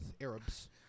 Arabs